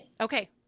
Okay